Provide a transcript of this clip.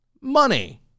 Money